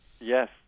Yes